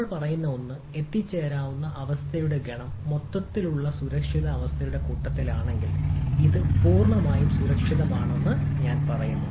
നമ്മൾ പറയുന്ന ഒന്ന് എത്തിച്ചേരാവുന്ന അവസ്ഥയുടെ ഗണം മൊത്തത്തിലുള്ള സുരക്ഷിത അവസ്ഥയുടെ കൂട്ടത്തിലാണെങ്കിൽ അത് പൂർണ്ണമായും സുരക്ഷിതമാണെന്ന് ഞാൻ പറയുന്നു